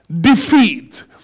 defeat